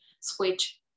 switch